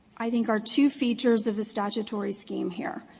i think, are two features of the statutory scheme here.